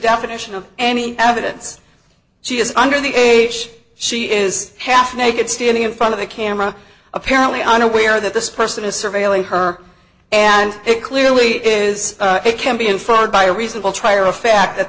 definition of any evidence she is under the age she is half naked standing in front of the camera apparently unaware that this person is surveilling her and it clearly is it can be inferred by reasonable trier of fact that